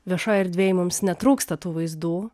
viešoj erdvėj mums netrūksta tų vaizdų